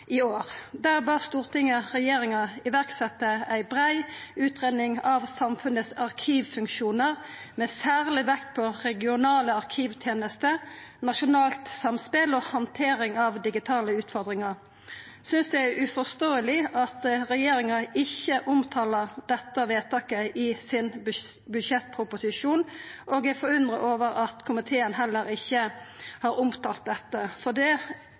i år. Der bad Stortinget regjeringa «iverksette en bred utredning av samfunnets arkivfunksjoner, med særlig vekt på regionale arkivtjenester, nasjonalt samspill og håndtering av digitale utfordringer». Eg synest det er uforståeleg at regjeringa ikkje omtalar dette vedtaket i budsjettproposisjonen sin, og eg er forundra over at heller ikkje komiteen har omtalt dette. Det